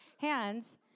hands